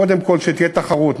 קודם כול שתהיה תחרות.